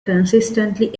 consistently